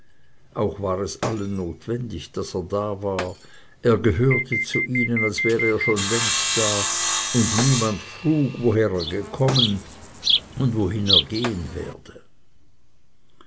auch war es allen notwendig daß er da war er gehörte zu ihnen als wäre er schon längst da und niemand frug woher er gekommen und wohin er gehen werde